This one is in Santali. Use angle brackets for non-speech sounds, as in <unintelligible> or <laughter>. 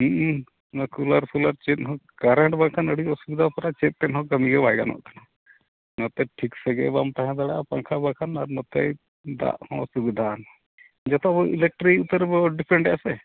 <unintelligible> ᱱᱚᱣᱟ ᱠᱩᱞᱟᱨ ᱯᱷᱩᱞᱟᱨ ᱪᱮᱫ ᱦᱚᱸ ᱠᱟᱨᱮᱱᱴ ᱵᱟᱠᱷᱟᱱ ᱟᱹᱰᱤ ᱚᱥᱩᱵᱤᱫᱷᱟ ᱠᱟᱱᱟ ᱪᱮᱫ ᱛᱮᱫ ᱦᱚᱸ ᱠᱟᱹᱢᱤᱜᱮ ᱵᱟᱭ ᱜᱟᱱᱚᱜ ᱠᱟᱱᱟ ᱱᱚᱛᱮ ᱴᱷᱤᱠ ᱥᱟᱺᱦᱤᱡ ᱦᱚᱸ ᱵᱟᱢ ᱛᱟᱦᱮᱸ ᱫᱟᱲᱮᱭᱟᱜᱼᱟ ᱵᱟᱝᱠᱷᱟᱱ ᱵᱟᱝᱠᱷᱟᱱ ᱟᱨ ᱱᱚᱛᱮ ᱫᱟᱜ ᱦᱚᱸ ᱚᱥᱩᱵᱤᱫᱷᱟᱣᱟ ᱡᱚᱛᱚ ᱠᱷᱚᱡ ᱤᱞᱮᱠᱴᱨᱤ ᱩᱛᱟᱹᱨ ᱵᱚᱱ ᱰᱤᱯᱮᱱᱰᱮᱜᱼᱟ ᱥᱮ